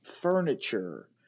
furniture